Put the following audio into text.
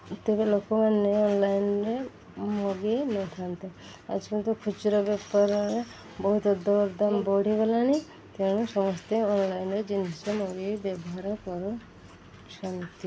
ପ୍ରତ୍ୟେକ ଲୋକମାନେ ଅନ୍ଲାଇନ୍ରେ ମଗାଇ ନେଇଥାନ୍ତେ ଆଜିକାଲି ତ ଖୁଚୁରା ବେପାରରେ ବହୁତ ଦରଦାମ୍ ବଢ଼ିଗଲାଣି ତେଣୁ ସମସ୍ତେ ଅନ୍ଲାଇନ୍ର ଜିନିଷ ମଗାଇ ବ୍ୟବହାର କରୁଛନ୍ତି